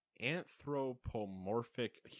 anthropomorphic